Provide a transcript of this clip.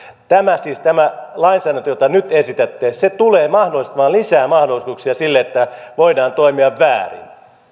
tämä lainsäädäntö jota nyt esitätte tulee mahdollistamaan lisää mahdollisuuksia sille että voidaan toimia väärin